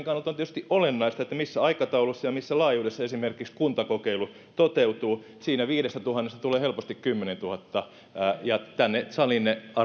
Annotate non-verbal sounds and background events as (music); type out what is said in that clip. (unintelligible) kannalta on tietysti olennaista missä aikataulussa ja missä laajuudessa esimerkiksi kuntakokeilu toteutuu siinä viidestätuhannesta tulee helposti kymmenentuhatta tänne saliin ne